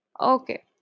okay